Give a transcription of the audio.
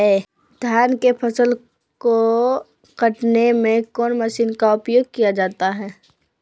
धान के फसल को कटने में कौन माशिन का उपयोग किया जाता है?